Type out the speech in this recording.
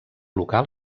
local